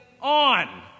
on